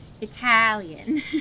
Italian